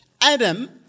Adam